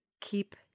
keep